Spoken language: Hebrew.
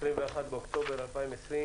היום 21 באוקטובר 2020,